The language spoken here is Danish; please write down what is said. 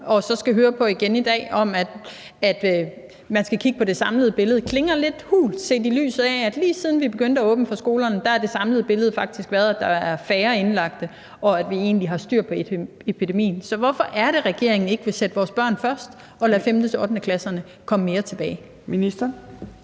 og så skal høre på igen i dag, om, at man skal kigge på det samlede billede, klinger lidt hult, set i lyset af at lige siden vi begyndte at åbne for skolerne, har det samlede billede faktisk været, at der er færre indlagte, og at vi egentlig har styr på epidemien? Så hvorfor er det, at regeringen ikke vil sætte vores børn først og lade 5.-8.-klasserne komme mere tilbage? Kl.